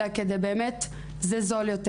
אלא מכיוון שזה זול יותר.